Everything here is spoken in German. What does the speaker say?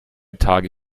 tage